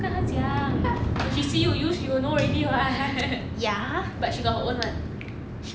我不跟他讲 when she see you use she will know already [what] but she got her own [one]